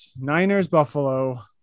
Niners-Buffalo